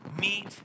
meet